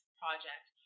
project